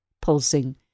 pulsing